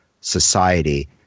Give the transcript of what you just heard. society